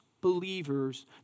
believers